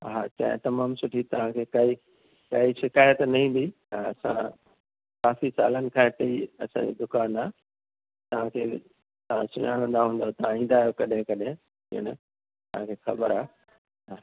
हा चांहि तमामु सुठी तव्हांखे काई काई शिकायत न ईंदी हा असां काफ़ी सालनि खां हिते ई असांजी दुकानु आहे तव्हांखे तव्हां सुञाणंदा हूंदा तव्हां ईंदा आहियो कॾहिं कॾहिं पीअण असांखे ख़बर आहे हा